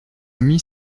mis